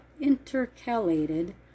intercalated